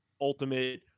ultimate